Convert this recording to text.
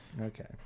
Okay